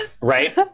Right